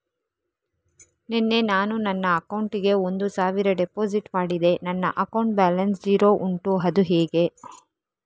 ನಿನ್ನೆ ನಾನು ನನ್ನ ಅಕೌಂಟಿಗೆ ಒಂದು ಸಾವಿರ ಡೆಪೋಸಿಟ್ ಮಾಡಿದೆ ನನ್ನ ಅಕೌಂಟ್ ಬ್ಯಾಲೆನ್ಸ್ ಝೀರೋ ಉಂಟು ಅದು ಹೇಗೆ?